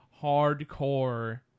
hardcore